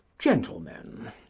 gentlemen,